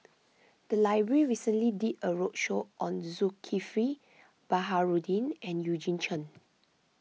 the library recently did a roadshow on Zulkifli Baharudin and Eugene Chen